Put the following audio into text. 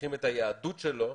שמוכיחים את מהיהדות שלו,